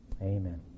Amen